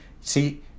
See